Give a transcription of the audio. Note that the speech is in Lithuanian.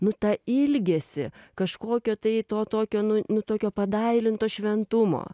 nu tą ilgesį kažkokio tai to tokio nu nu tokio padailinto šventumo